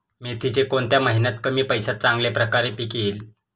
मेथीचे कोणत्या महिन्यात कमी पैशात चांगल्या प्रकारे पीक येईल?